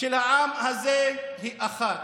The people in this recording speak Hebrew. של העם הזה היא אחת.